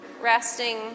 Resting